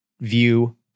view